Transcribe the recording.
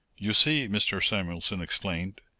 you see, mr. samuelson explained,